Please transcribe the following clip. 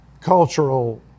cultural